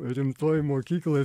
rimtoj mokykloj